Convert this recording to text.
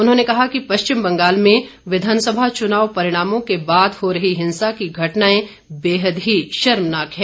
उन्होंने कहा कि पश्चिम बंगाल में विधानसभा चुनाव परिणामों के बाद हो रही हिंसा की घटनाएं बेहद ही शर्मनाक है